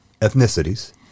ethnicities